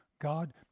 God